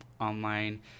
online